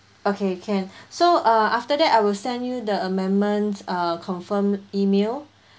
okay can so uh after that I will send you the amendments uh confirm E-mail